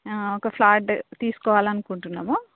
ఒక ప్లాట్ తీసుకోవాలనుకుంటున్నాము